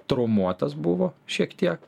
traumuotas buvo šiek tiek